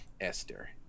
Esther